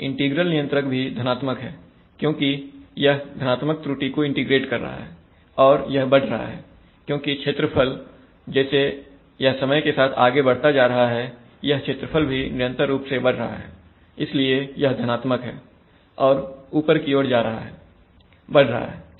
integral नियंत्रक भी धनात्मक है क्योंकि यह धनात्मक त्रुटि को इंटीग्रेट कर रहा है और यह बढ़ रहा है क्योंकि क्षेत्रफल जैसे यह समय के साथ आगे जा रहा है यह क्षेत्रफल भी निरंतर रूप से बढ़ रहा है इसलिए यह धनात्मक है और ऊपर की ओर जा रहा है बढ़ रहा हैठीक है